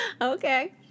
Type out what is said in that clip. Okay